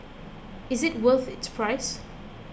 is it worth its price